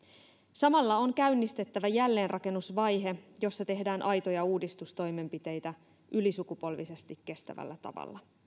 samalla on käynnistettävä jälleenrakennusvaihe jossa tehdään aitoja uudistustoimenpiteitä ylisukupolvisesti kestävällä tavalla